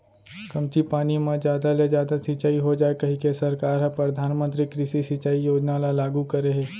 कमती पानी म जादा ले जादा सिंचई हो जाए कहिके सरकार ह परधानमंतरी कृषि सिंचई योजना ल लागू करे हे